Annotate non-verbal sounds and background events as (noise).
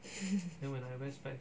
(noise)